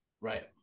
Right